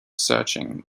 searching